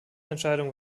entscheidung